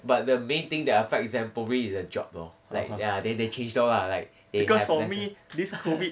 but the main thing that affects them probably is a job lor like ya they they changed all lah they have lesser